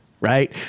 Right